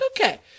okay